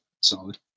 Solid